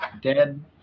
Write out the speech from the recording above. dead